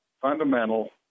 fundamental